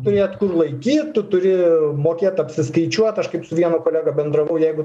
turėt kur laikyt tu turi mokėt apsiskaičiuot aš kaip su vienu kolega bendravau jeigu